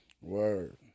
Word